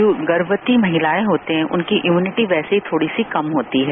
जो गर्मवती महिलाएं होती हैं उनकी इम्यूनिटी वैसे भी थोड़ी सी कम होती है